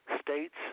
states